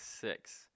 six